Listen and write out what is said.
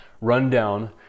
rundown